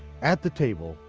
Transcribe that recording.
at the table,